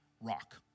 Rock